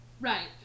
Right